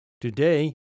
Today